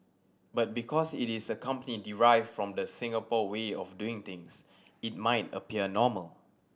but because it is a company derived from the Singapore way of doing things it might appear normal